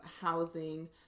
housing